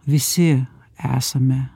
visi esame